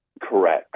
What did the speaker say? Correct